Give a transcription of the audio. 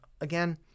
again